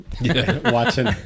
watching